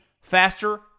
faster